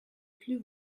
plus